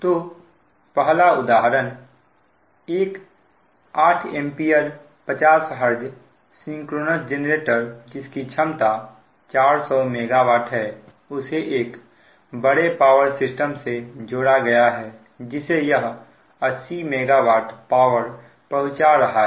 तो पहला उदाहरण एक 8 A 50 Hz सिंक्रोनस जेनरेटर जिसकी क्षमता 400 MW है उसे एक बड़े पावर सिस्टम से जोड़ा गया है जिसे यह 80 MW पावर पहुंचा रहा है